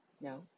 No